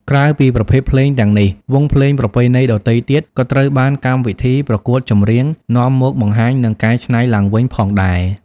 ក្រៅពីប្រភេទភ្លេងទាំងនេះ វង់ភ្លេងប្រពៃណីដទៃទៀតក៏ត្រូវបានកម្មវិធីប្រកួតចម្រៀងនាំមកបង្ហាញនិងកែច្នៃឡើងវិញផងដែរ